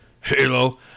Halo